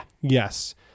Yes